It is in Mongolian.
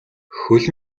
хөл